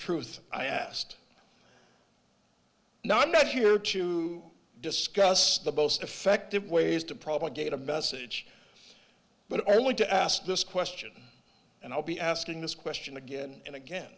truth i asked not not here to discuss the boast effective ways to propagate a message but only to ask this question and i'll be asking this question again and again